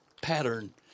pattern